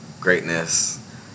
greatness